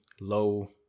low